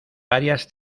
varias